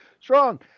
strong